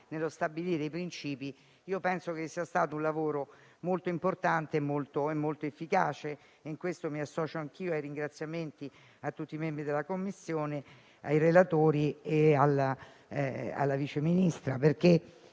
e stabilire i principi, è stato molto importante ed efficace. In questo mi associo anche io ai ringraziamenti a tutti i membri della Commissione, ai relatori e alla Vice Ministra,